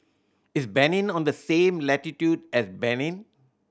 is Benin on the same latitude as Benin